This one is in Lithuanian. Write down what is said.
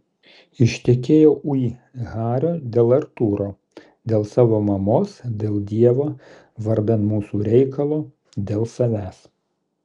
ištekėjau ui hario dėl artūro dėl savo mamos dėl dievo vardan mūsų reikalo dėl savęs